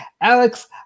Alex